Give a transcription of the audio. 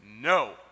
no